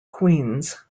queens